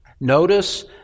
Notice